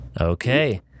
Okay